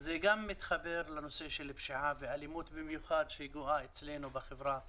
זה גם מתחבר לנושא של פשיעה ובמיוחד אלימות שגואה אצלנו בחברה הערבית.